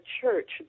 church